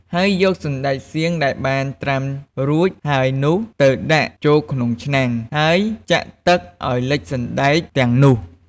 ហើយយកសណ្ដែកសៀងដែលបានត្រាំរួចហើយនោះ ទៅដាក់ចូលក្នុងឆ្នាំង ហើយចាក់ទឹកឱ្យលិចសណ្ដែកទាំងនោះ។